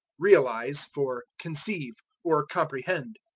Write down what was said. realize for conceive, or comprehend.